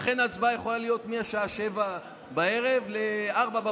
לכן ההצבעה יכולה להיות מהשעה 19:00 ל-04:00.